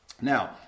Now